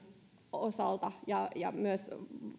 osalta ja ja myös